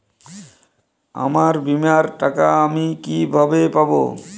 আমার বীমার টাকা আমি কিভাবে পাবো?